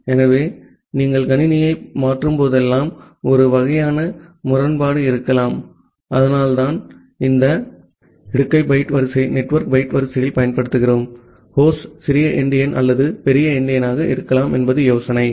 ஆகவே நீங்கள் கணினியை மாற்றும் போதெல்லாம் ஒரு வகையான முரண்பாடு இருக்கலாம் அதனால்தான் இந்த இடுகை பைட் வரிசையை நெட்வொர்க் பைட் வரிசையில் பயன்படுத்துகிறோம் ஹோஸ்ட் சிறிய எண்டியன் அல்லது பெரிய எண்டியனாக இருக்கலாம் என்பது யோசனை ஆகும்